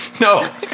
No